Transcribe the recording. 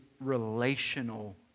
relational